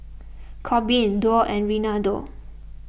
Corbin Dorr and Reinaldo